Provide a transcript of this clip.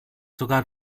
sogar